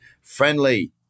friendly